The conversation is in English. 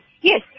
yes